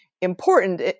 important